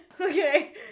Okay